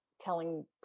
telling